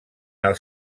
els